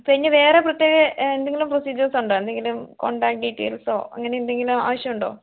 പിന്നെ വേറെ പ്രത്യേക എന്തെങ്കിലും പ്രൊസീജിയേഴ്സ് ഉണ്ടോ എന്തെങ്കിലും കോൺടാക്ട് ഡീറ്റൈൽസോ അങ്ങനെ എന്തെങ്കിലും ആവശ്യമുണ്ടോ